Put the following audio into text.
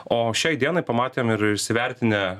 o šiai dienai pamatėm ir įsivertinę